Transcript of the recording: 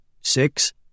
Six